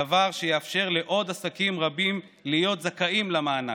דבר שיאפשר לעוד עסקים רבים להיות זכאים למענק.